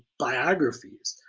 biographies.